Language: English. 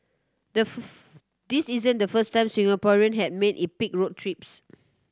the this isn't the first time Singaporeans had made epic road trips